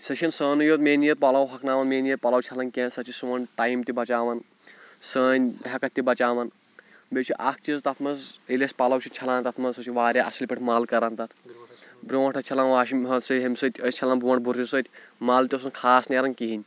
سۄ چھِنہٕ سٲنٕے یوت میٲنی یٲتۍ پَلَو ہۄکھناوان میٛٲنی یٲتۍ پَلَو چھَلان کینٛہہ سۄ چھِ سون ٹایم تہِ بَچاوَان سٲنۍ ہٮ۪کَتھ تہِ بَچاوَان بیٚیہِ چھِ اَکھ چیٖز تَتھ منٛز ییٚلہِ أسۍ پَلَو چھِ چھَلان تَتھ منٛز سُہ چھِ واریاہ اَصٕل پٲٹھۍ مَل کَران تَتھ برونٛٹھ ٲسۍ چھَلان واشن ہوٚ سہ ہُمہِ سۭتۍ ٲسۍ چھَلان برونٛٹھ بُرشہِ سۭتۍ مَل تہِ اوس نہٕ خاص نیران کِہیٖنۍ